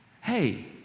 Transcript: hey